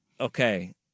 okay